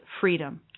freedom